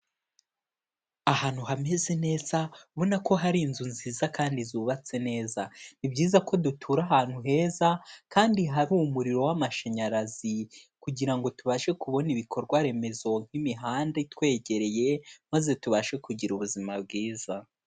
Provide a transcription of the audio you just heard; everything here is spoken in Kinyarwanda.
Ahantu hameze neza mbona ko hari inzu nziza kandi zubatse neza, ni byiza ko dutura ahantu heza kandi hari umuriro w'amashanyarazi kugira. ngo tubashe kubona ibikorwa remezo nk'imihanda itwegereye maze tubashe kugira ubuzima bwiza.